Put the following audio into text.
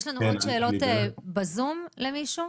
יש לנו עוד שאלות בזום למישהו?